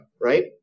right